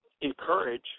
encourage